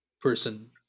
person